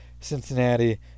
Cincinnati